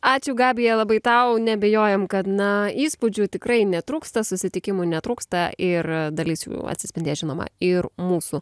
ačiū gabija labai tau neabejojam kad na įspūdžių tikrai netrūksta susitikimų netrūksta ir dalis jų atsispindės žinoma ir mūsų